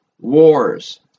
wars